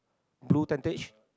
blue tentage